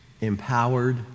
empowered